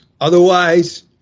Otherwise